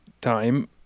time